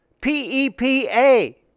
P-E-P-A